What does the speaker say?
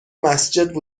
مسجد